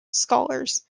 scholars